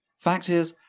fact is,